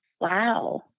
Wow